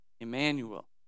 Emmanuel